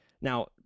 Now